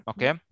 Okay